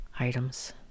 items